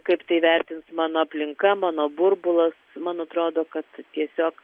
kaip tai vertins mano aplinka mano burbulas man atrodo kad tiesiog